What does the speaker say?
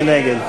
מי נגד?